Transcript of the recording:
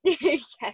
yes